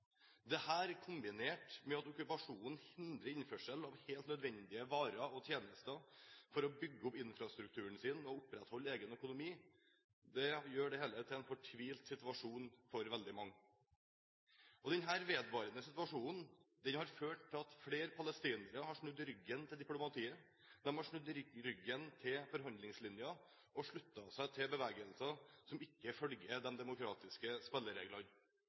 kombinert med okkupasjonen hindrer innførsel av helt nødvendige varer og tjenester for å bygge opp infrastrukturen og opprettholde egen økonomi, gjør det hele til en fortvilt situasjon for veldig mange. Denne vedvarende situasjonen har ført til at flere palestinere har snudd ryggen til diplomatiet, de har snudd ryggen til forhandlingslinjen og sluttet seg til bevegelser som ikke følger de demokratiske spillereglene.